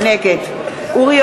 נגד אורי